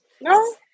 No